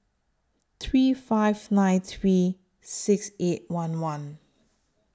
three five nine three six eight one one